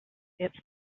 its